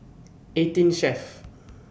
eighteen Chef